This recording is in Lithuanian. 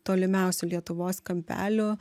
tolimiausių lietuvos kampelių